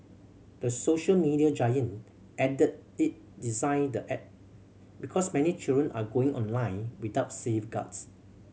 the social media giant added it designed the app because many children are going online without safeguards